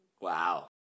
Wow